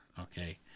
okay